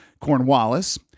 Cornwallis